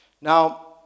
now